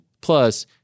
Plus